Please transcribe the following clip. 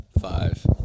Five